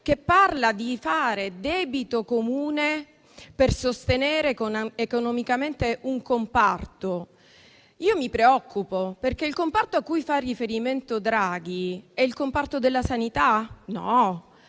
che parla di fare debito comune per sostenere economicamente un comparto, io mi preoccupo perché il comparto a cui fa riferimento Draghi non è quello della sanità e